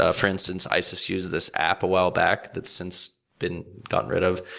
ah for instance, isis uses this app a while back that since been gotten rid of,